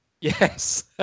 yes